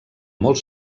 molt